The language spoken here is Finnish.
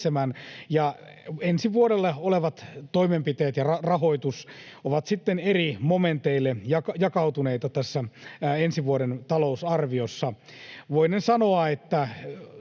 ja ensi vuodelle olevat toimenpiteet ja rahoitus ovat sitten eri momenteille jakautuneita tässä ensi vuoden talousarviossa. Voinen sanoa, että